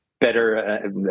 better